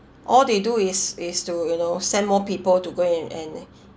all they do is is to you know send more people to go in and and